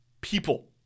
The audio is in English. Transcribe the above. people